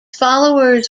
followers